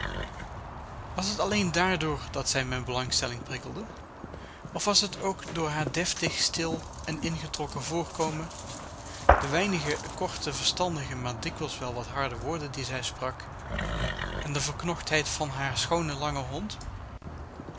was het alleen dààrdoor dat zij mijne belangstelling prikkelde of was het ook door haar deftig stil en ingetrokken voorkomen de weinige korte verstandige maar dikwijls wel wat harde woorden die zij sprak en de verknochtheid van haren schoonen langen hond